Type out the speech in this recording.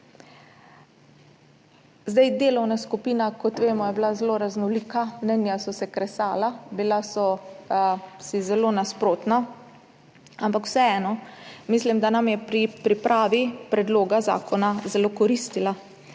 vemo, je bila zelo raznolika, mnenja so se kresala, bila so si zelo nasprotna, ampak vseeno mislim, da nam je pri pripravi predloga zakona zelo koristila,